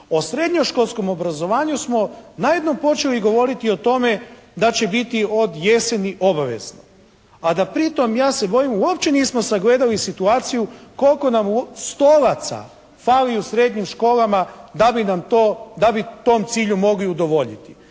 O srednješkolskom obrazovanju smo najednom počeli govoriti o tome da će biti od jeseni obavezno. A da pri tom ja se bojim uopće nismo sagledali situaciju koliko nam stolaca fali u srednjim školama da bi tom cilju mogli udovoljiti.